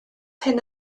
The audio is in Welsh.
hyn